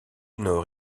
nord